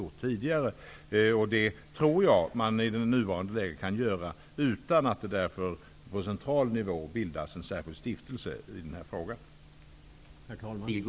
Det tror jag att man kan göra i det nuvarande läget utan att det bildas en särskild stiftelse på central nivå .